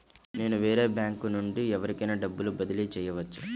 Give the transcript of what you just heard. నేను వేరే బ్యాంకు నుండి ఎవరికైనా డబ్బు బదిలీ చేయవచ్చా?